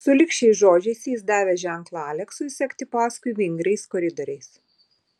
sulig šiais žodžiais jis davė ženklą aleksui sekti paskui vingriais koridoriais